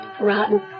Rotten